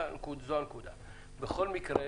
בכל מקרה,